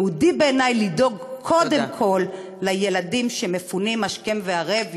יהודי בעיני לדאוג קודם כול לילדים שמפונים השכם וערב,